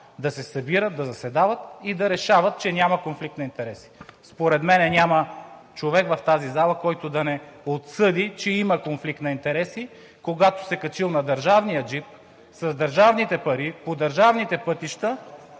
да се събират, да заседават и да решават, че няма конфликт на интереси. Според мен няма човек в тази зала, който да не отсъди, че има конфликт на интереси, когато си се качил на държавния джип, с държавните пари, по държавните пътища